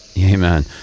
amen